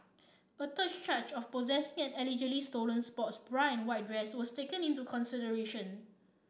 a third charge of possessing an allegedly stolen sports bra and white dress was taken into consideration